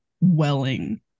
welling